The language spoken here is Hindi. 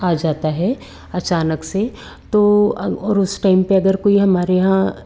आ जाता है अचानक से तो अगर उस टाइम पर अगर कोई हमारे यहाँ